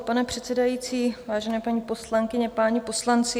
Pane předsedající, vážené paní poslankyně, páni poslanci.